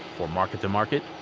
for market to market,